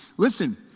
Listen